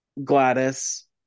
Gladys